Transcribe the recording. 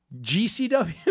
GCW